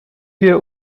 wir